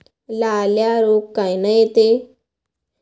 लाल्या रोग कायनं येते?